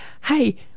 Hey